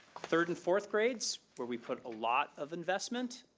third and fourth grades, where we put a lot of investment,